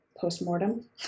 Postmortem